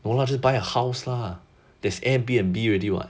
!walao! just buy a house lah there's airbnb already [what]